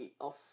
off